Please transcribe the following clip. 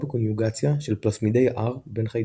בקוניוגציה של פלסמידי R בין חיידקים.